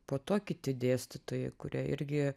po to kiti dėstytojai kurie irgi